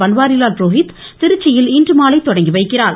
பன்வாரிலால் புரோஹித் திருச்சியில் இன்று மாலை தொடங்கி வைக்கிறார்